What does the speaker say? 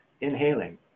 inhaling